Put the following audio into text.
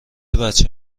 بچه